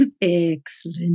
Excellent